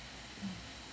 mm